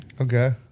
Okay